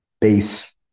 base